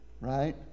Right